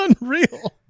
unreal